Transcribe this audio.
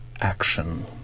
action